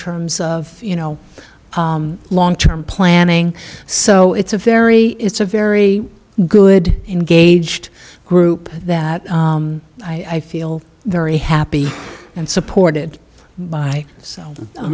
terms of you know long term planning so it's a very it's a very good engaged group that i feel very happy and supported by so